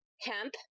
hemp